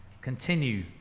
continue